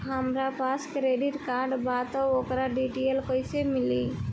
हमरा पास credit card बा त ओकर डिटेल्स कइसे मिली?